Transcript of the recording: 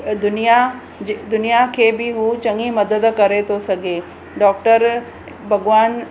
दुनिया जे दुनिया खे बि उहो चङी मदद करे थो सघे डॉक्टर भॻवानु